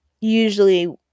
usually